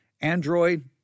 Android